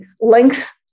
length